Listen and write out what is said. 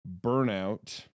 burnout